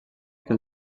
que